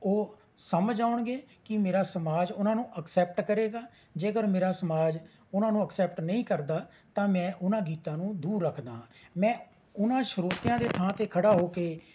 ਉਹ ਸਮਝ ਆਉਣਗੇ ਕਿ ਮੇਰਾ ਸਮਾਜ ਉਨ੍ਹਾਂ ਨੂੰ ਅਕਸੈਪਟ ਕਰੇਗਾ ਜੇਕਰ ਮੇਰਾ ਸਮਾਜ ਉਨ੍ਹਾਂ ਨੂੰ ਅਕਸੈਪਟ ਨਹੀਂ ਕਰਦਾ ਤਾਂ ਮੈਂ ਉਨ੍ਹਾਂ ਗੀਤਾਂ ਨੂੰ ਦੂਰ ਰੱਖਦਾ ਹਾਂ ਮੈਂ ਉਨ੍ਹਾਂ ਸਰੋਤਿਆਂ ਦੇ ਥਾਂ ਤੇ ਖੜ੍ਹਾ ਹੋ ਕੇ